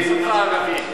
לדבר את השפה הערבית.